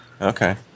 Okay